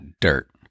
dirt